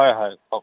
হয় হয় কওক